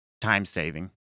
Time-saving